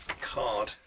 card